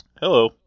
Hello